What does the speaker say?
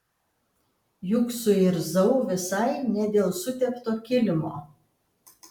juk suirzau visai ne dėl sutepto kilimo